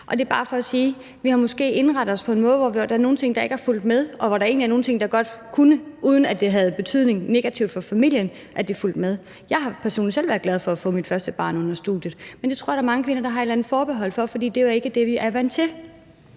Det er bare for at sige, at vi måske har indrettet os på en måde, hvor nogle ting måske ikke er fulgt med, og hvor der egentlig er nogle ting, der godt kunne følge med, uden at det havde negativ betydning for familien. Jeg har personligt selv været glad for at få mit første barn under studiet, men det tror jeg der er mange kvinder der har et eller andet forbehold over for, fordi det ikke er det, de er vant til